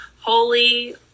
holy